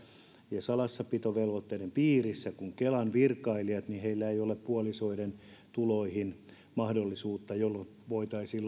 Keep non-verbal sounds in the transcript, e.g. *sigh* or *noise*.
ja salassapitovelvoitteiden piirissä kuin kelan virkailijat ei ole puolisoiden tuloihin mahdollisuutta jolloin laskenta voitaisiin *unintelligible*